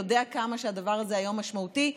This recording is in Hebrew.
ויודע כמה הדבר הזה היה משמעותי.